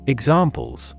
Examples